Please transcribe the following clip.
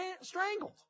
strangled